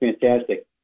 fantastic